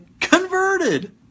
Converted